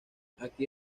aquí